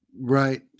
Right